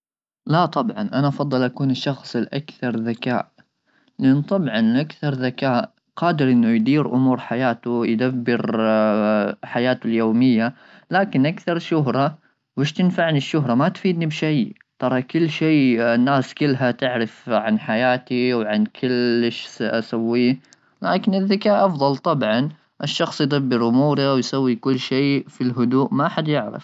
لا طبعا انا افضل اكون الشخص الاكثر ذكاء ينطب عن اكثر ذكاء قادر انه يدير امور حياته ,يدبر حياه اليوميه ,لكن اكثر شهره ويش تنفعني الشهره ما تفيدني بشيء ترى كل شيء الناس كلها تعرف عن حياتي وعن كلش اسويه ,لكن الذكاء افضل طبعا الشخص يدبر اموره ويسوي كل شيء في الهدوء ما حد يعرف.